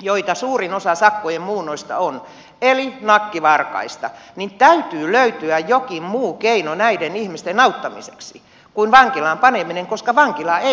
joita suurin osa sakkojen muunnoista on eli nakkivarkaista täytyy löytyä jokin muu keino näiden ihmisten auttamiseksi kuin vankilaan paneminen koska vankila ei paranna ketään